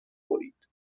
برید